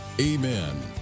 amen